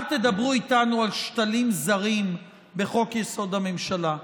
אל תדברו איתנו על שתלים זרים בחוק-יסוד: הממשלה.